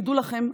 תדעו לכם,